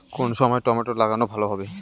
কোন সময় টমেটো লাগালে ভালো হবে?